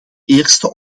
eerste